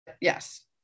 Yes